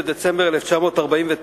בדצמבר 1949,